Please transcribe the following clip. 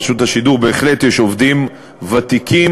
ברשות השידור בהחלט יש עובדים ותיקים,